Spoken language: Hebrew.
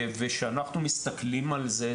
כשאנחנו מסתכלים על זה,